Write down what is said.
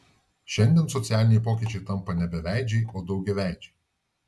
šiandien socialiniai pokyčiai tampa ne beveidžiai o daugiaveidžiai